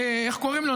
איך קוראים לו,